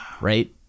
right